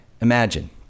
Imagine